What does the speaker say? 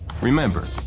Remember